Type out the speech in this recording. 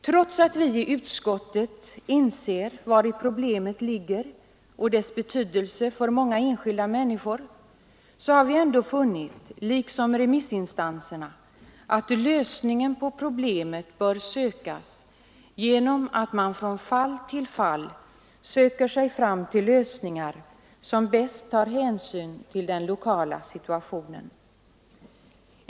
Trots att vi i utskottet inser vari problemet ligger och är medvetna om dess betydelse för många enskilda människor, har vi — liksom remissinstanserna — funnit det lämpligast att man från fall till fall söker sig fram till lösningar som bäst tar hänsyn till den lokala situationen.